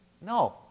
No